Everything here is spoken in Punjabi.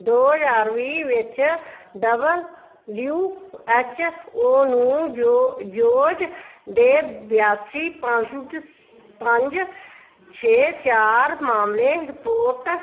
ਦੋ ਹਜ਼ਾਰ ਵੀਹ ਵਿੱਚ ਡਬਲਿਊ ਐੱਚ ਓ ਨੂੰ ਯ ਯੌਜ਼ ਦੇ ਬਿਆਸੀ ਪੰਜ ਪੰਜ ਛੇ ਚਾਰ ਮਾਮਲੇ ਰਿਪੋਰਟ